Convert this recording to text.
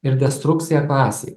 ir destrukcija kasėj